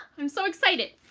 i'm so excited.